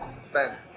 spend